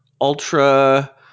ultra